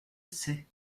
sait